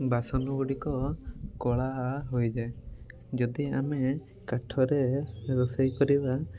ବାସନଗୁଡ଼ିକ କଳା ହୋଇଯାଏ ଯଦି ଆମେ କାଠରେ ରୋଷେଇ କରିବା